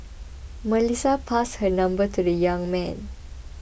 Melissa passed her number to the young man